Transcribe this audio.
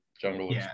Jungle